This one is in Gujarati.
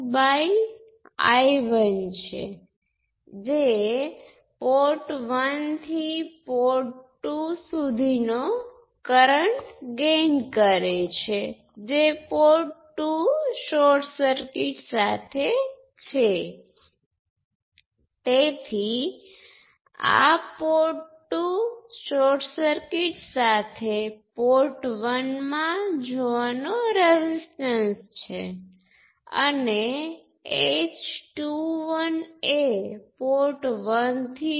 બીજા ઇક્વેશન માટે આપણને પેરેલલ શાખાઓની જરૂર છે કારણ કે આપણને કરંટ ઉમેરવાની જરૂર છે તેથી આપણી પાસે I2 h22 V2 છે તેથી I એ V ના પ્રમાણમાં છે તેથી આ એક કંડક્ટન્સ છે અને કંડક્ટન્સ h22 છે અથવા રેઝિસ્ટન્સ મૂલ્ય 1 બાય h22 છે